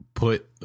put